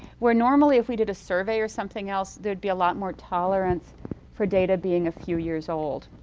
where normally if we did a survey or something else there would be a lot more tolerance for data being a few years old.